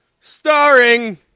starring